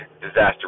disaster